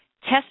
Test